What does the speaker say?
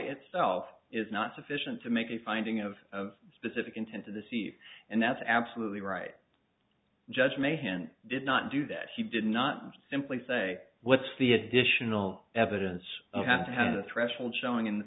itself is not sufficient to make a finding of of a specific intent to deceive and that's absolutely right judge mehan did not do that he did not simply say what's the additional evidence of have to have the threshold showing in the